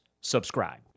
subscribe